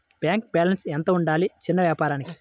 Bank balance ఎంత ఉండాలి చిన్న వ్యాపారానికి?